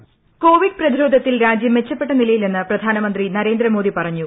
voice Covid പ്രതിരോധത്തിൽ രാജ്യം മെച്ചപ്പെട്ട നിലയിലെന്ന് പ്രധാനമന്ത്രി നരേന്ദ്ര മോദി പറഞ്ഞു